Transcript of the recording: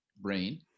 brain